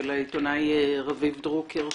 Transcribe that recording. של העיתונאי רביב דרוקר,